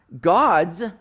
God's